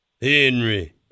Henry